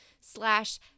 slash